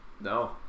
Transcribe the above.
No